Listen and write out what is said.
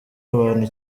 abantu